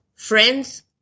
Friends